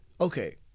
Okay